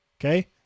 Okay